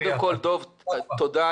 דב, תודה.